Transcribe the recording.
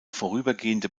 vorübergehende